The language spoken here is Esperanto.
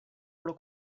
pro